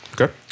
Okay